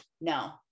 no